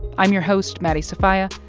i'm your host, maddie sofia.